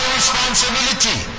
responsibility